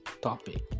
topic